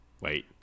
Wait